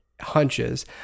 hunches